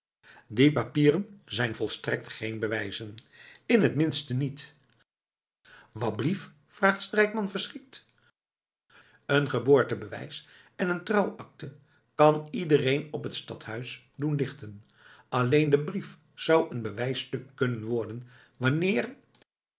die papieren zijn volstrekt geen bewijzen in t minst niet wâblief vraagt strijkman verschrikt een geboortebewijs en een trouwakte kan iedereen op het stadhuis doen lichten alleen de brief zou een bewijsstuk kunnen worden wanneer